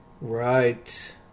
right